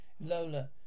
Lola